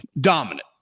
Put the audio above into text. Dominant